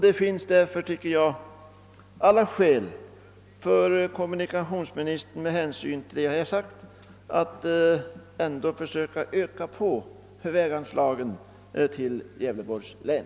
Det finns därför alla skäl för kommunikationsministern att med hänsyn till vad jag här har sagt försöka öka väganslagen till Gävleborgs län.